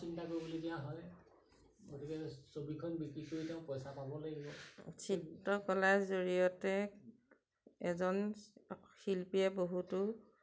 চিত্ৰকলাৰ জৰিয়তে এজন শিল্পীয়ে বহুতো